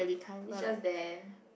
is just there